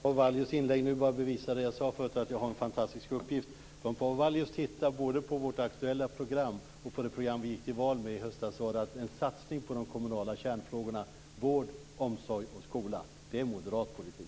Fru talman! Paavo Vallius inlägg nu bevisar det jag sade förut. Jag har en fantastisk uppgift. Om Paavo Vallius tittar på både vårt aktuella program och det program vi gick till val med i höstas ser han att en satsning på de kommunala kärnfrågorna vård, omsorg och skola är moderat politik.